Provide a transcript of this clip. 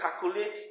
calculate